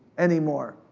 anymore,